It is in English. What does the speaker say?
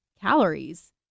calories